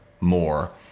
more